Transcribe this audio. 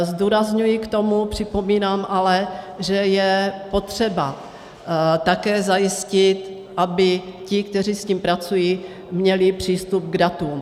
Zdůrazňuji k tomu, připomínám ale, že je potřeba také zajistit, aby ti, kteří s tím pracují, měli přístup k datům.